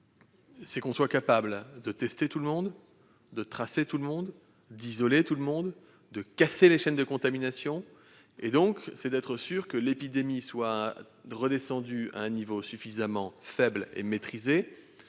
Nous devons être capables de tester tout le monde, de tracer tout le monde, d'isoler tout le monde et de casser les chaînes de contamination ; ainsi, nous serons sûrs que l'épidémie est redescendue à un niveau suffisamment bas pour être maîtrisée.